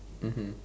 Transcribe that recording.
mmhmm